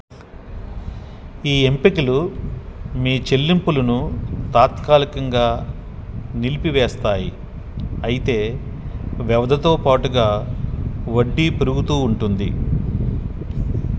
ఈ ఎంపికలు మీ చెల్లింపులును తాత్కాలికంగా నిలిపివేస్తాయి అయితే వ్యవధితో పాటుగా వడ్డీ పెరుగుతూ ఉంటుంది